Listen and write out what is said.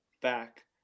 back